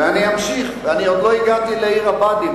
ואני אמשיך, ועוד לא הגעתי לעיר הבה"דים.